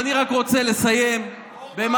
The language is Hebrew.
ואני רק רוצה לסיים במשהו,